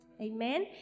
Amen